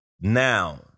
now